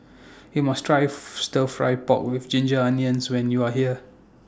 YOU must Try Stir Fry Pork with Ginger Onions when YOU Are here